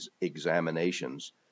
examinations